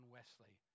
Wesley